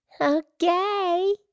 Okay